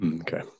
Okay